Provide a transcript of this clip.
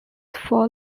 for